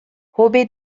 hobe